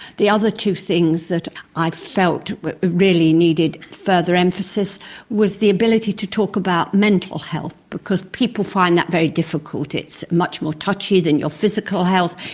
the other two things that i felt really needed further emphasis was the ability to talk about mental health because people find that very difficult, it's much more touchy than your physical health,